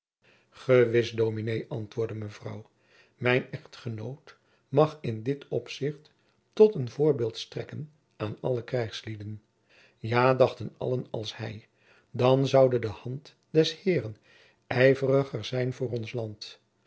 gewis dominé antwoordde mevrouw mijn echtgenoot mag in dit opzicht tot een voorbeeld strekken aan alle krijgslieden ja dachten allen als hij dan zoude de hand des heeren ijveriger zijn voor ons land